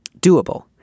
doable